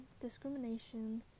discrimination